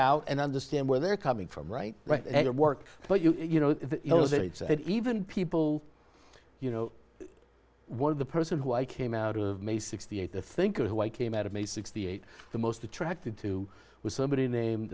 out and understand where they're coming from right right and or work but you know even people you know one of the person who i came out of may sixty eight the thinker who i came out of a sixty eight the most attracted to was somebody named